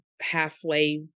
halfway